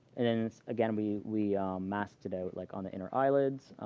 and, again, we we masked it out, like, on the inner eyelids.